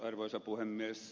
arvoisa puhemies